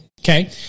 Okay